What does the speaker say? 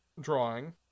drawing